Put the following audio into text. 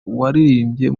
waririmbye